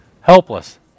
helpless